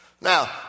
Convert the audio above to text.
Now